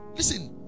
Listen